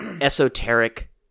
esoteric